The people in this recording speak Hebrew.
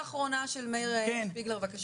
מילה אחרונה של מאיר שפיגלר, בבקשה.